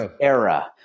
era